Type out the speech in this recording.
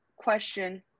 question